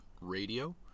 Radio